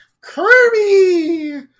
Kirby